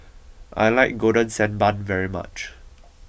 I like Golden Sand Bun very much